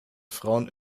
frauen